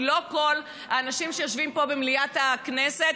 כי לא כל האנשים שיושבים פה במליאת הכנסת,